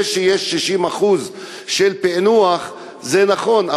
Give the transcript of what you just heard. זה שיש 60% של פענוח זה נכון,